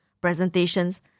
presentations